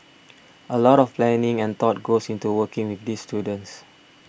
a lot of planning and thought goes into working with these students